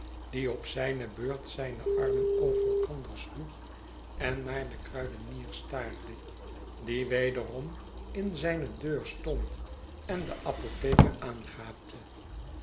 die op zijne beurt zijne armen over elkander sloeg en naar den kruidenier staarde die wederom in zijne deur stond en den apotheker aangaapte